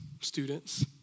students